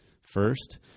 first